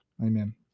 Amen